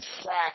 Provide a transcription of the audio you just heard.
slack